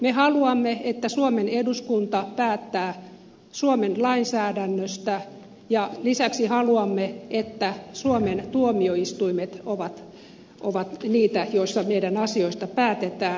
me haluamme että suomen eduskunta päättää suomen lainsäädännöstä ja lisäksi haluamme että suomen tuomioistuimet ovat niitä joissa meidän asioistamme päätetään